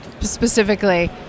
specifically